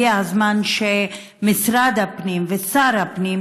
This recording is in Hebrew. הגיע הזמן שמשרד הפנים ושר הפנים,